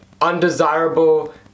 undesirable